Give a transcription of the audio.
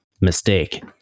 mistake